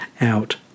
out